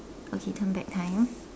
okay turn back time